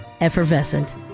Effervescent